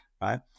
right